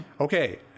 Okay